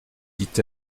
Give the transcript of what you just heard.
dit